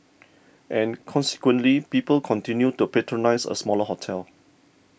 and consequently people continued to patronise a smaller hotel